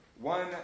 one